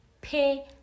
pay